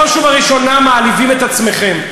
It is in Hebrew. ובראש ובראשונה מעליבים את עצמכם,